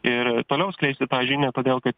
ir toliau skleisti tą žinią todėl kad